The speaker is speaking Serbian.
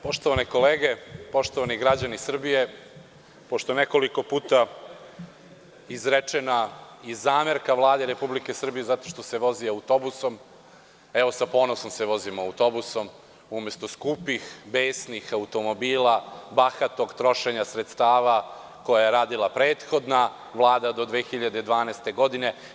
Poštovane kolege, poštovani građani Srbije, pošto je nekoliko puta izrečena i zamerka Vlade Republike Srbije zato što se vozi autobusom, evo sa ponosom se vozimo autobusom, umesto skupih, besnih automobila, bahatog trošenja sredstava koja je radila prethodna Vlada do 2012. godine.